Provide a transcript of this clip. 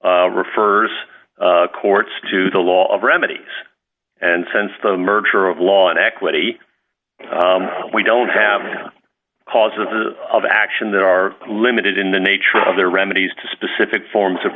refers courts to the law of remedies and since the merger of law and equity we don't have causes of action there are limited in the nature of the remedies to specific forms of